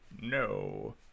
no